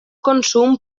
consum